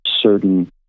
certain